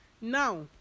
Now